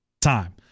time